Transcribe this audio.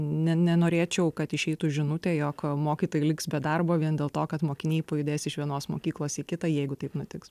ne nenorėčiau kad išeitų žinutė jog mokytojai liks be darbo vien dėl to kad mokiniai pajudės iš vienos mokyklos į kitą jeigu taip nutiks